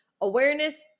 Awareness